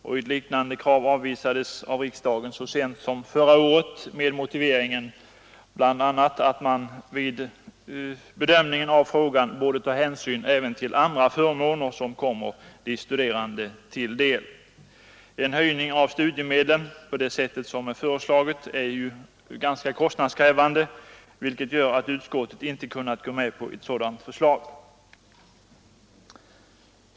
Ett liknande krav avvisades av riksdagen så sent som förra året med bl.a. den motiveringen att man vid bedömning av frågan borde ta hänsyn till även andra förmåner som kommer de studerande till del. En höjning av studiemedlen på det sätt som föreslagits är ganska kostnadskrävande, varför utskottet inte kunnat tillstyrka förslaget.